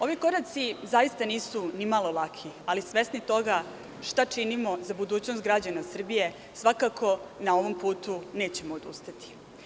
Ovi koraci zaista nisu nimalo laki, ali svesni toga šta činimo za budućnost građana Srbije svakako na ovom putu nećemo odustati.